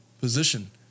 position